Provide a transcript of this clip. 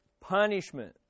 punishment